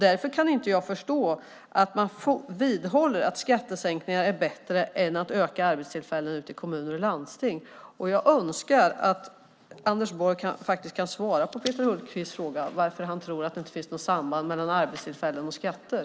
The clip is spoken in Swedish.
Därför kan jag inte förstå att man vidhåller att skattesänkningar är bättre än att skapa fler arbetstillfällen ute i kommuner och landsting. Jag önskar att Anders Borg faktiskt kan svara på Peter Hultqvists fråga om varför han inte tror att det finns något samband mellan arbetstillfällen och skatter.